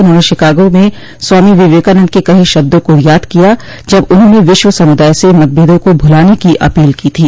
उन्होंने शिकागो में स्वामी विवेकानंद के कहे शब्दों को याद किया जब उन्होंने विश्व समुदाय से मतभेदों को भुलाने की अपील की थी